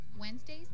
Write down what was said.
wednesdays